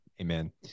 Amen